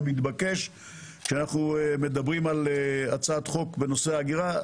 המתבקש כשאנחנו מדברים על הצעת חוק בנושא הגירה.